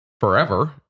forever